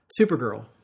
Supergirl